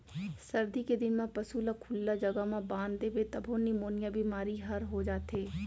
सरदी के दिन म पसू ल खुल्ला जघा म बांध देबे तभो निमोनिया बेमारी हर हो जाथे